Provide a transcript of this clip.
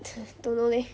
don't know leh